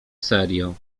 serio